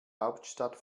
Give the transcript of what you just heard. hauptstadt